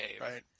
Right